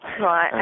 Right